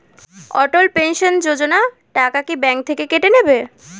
অটল pension Yojana টাকা কি bank থেকে কেটে নেবে?